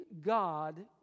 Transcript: God